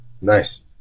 Nice